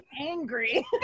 angry